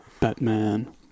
Batman